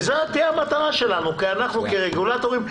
זאת תהיה המטרה שלנו כי אנחנו כרגולטורים,